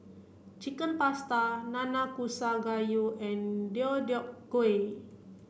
Chicken Pasta Nanakusa Gayu and Deodeok Gui